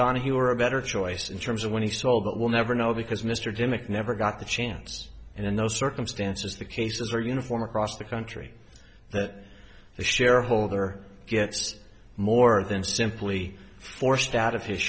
donna he were a better choice in terms of when he sold but we'll never know because mr dimmick never got the chance and in those circumstances the cases are uniform across the country that the shareholder gets more than simply forced out of his